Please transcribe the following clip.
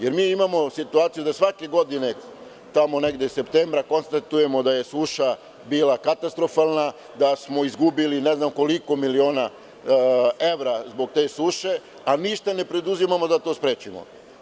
Jer, mi imamo situaciju da svake godine, tamo negde septembra, konstatujemo da je suša bila katastrofalna, da smo izgubili, ne znam koliko miliona evra, zbog te suše, a ništa ne preduzimamo da to sprečimo.